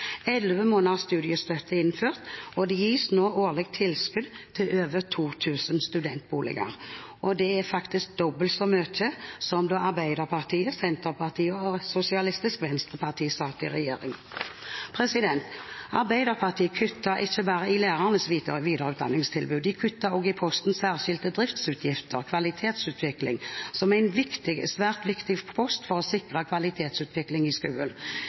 Elleve måneders studiestøtte er innført, og det gis nå årlig tilskudd til over 2 000 studentboliger. Det er dobbelt så mange som da Arbeiderpartiet, Senterpartiet og Sosialistisk Venstreparti satt i regjering. Arbeiderpartiet kutter ikke bare i lærernes videreutdanningstilbud. De kutter også i posten Særskilte driftsutgifter, om kvalitetsutvikling i grunnopplæringen, som er en svært viktig post for å sikre kvalitetsutvikling i